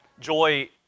Joy